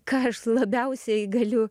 ką aš labiausiai galiu